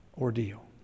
ordeal